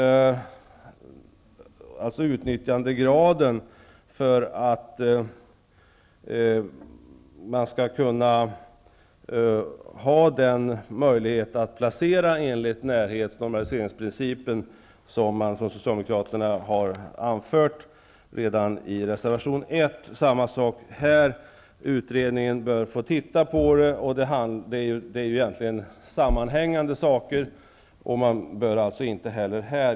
Det gäller den utnyttjandegrad man måste ha för att man skall ha möjlighet att placera enligt närhetsoch normaliseringsprincipen, som Utredningen bör få titta även på denna fråga. Frågorna hänger samman, och man bör inte låsa sig.